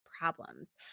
problems